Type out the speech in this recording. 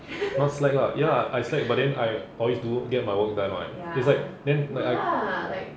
not slack lah ya I slack but then I always do get my work done [what] is like then but I